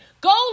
Go